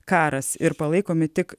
karas ir palaikomi tik